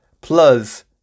plus